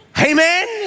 Amen